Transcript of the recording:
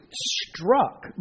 struck